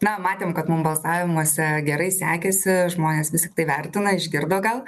na matėm kad mum balsavimuose gerai sekėsi žmonės vis tik tai vertina išgirdo gal